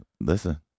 Listen